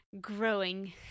Growing